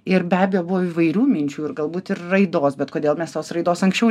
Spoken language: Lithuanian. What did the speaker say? ir be abejo buvo įvairių minčių ir galbūt ir raidos bet kodėl mes tos raidos anksčiau